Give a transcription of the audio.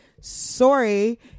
Sorry